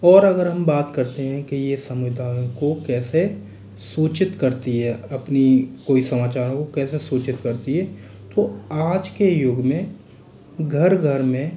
और अगर हम बात करते हैं के ये समुदाय को कैसे सूचित करती है अपनी कोई समाचारों को कैसे सूचित करती है तो आज के युग में घर घर में